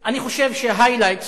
אני חושב שה-highlights,